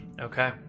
Okay